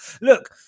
look